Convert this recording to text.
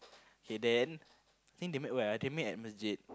k then think they met where ah they met at masjid